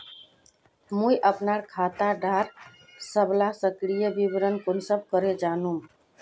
मुई अपना खाता डार सबला सक्रिय विवरण कुंसम करे जानुम?